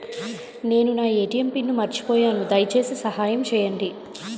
నేను నా ATM pin మర్చిపోయాను, దయచేసి సహాయం చేయండి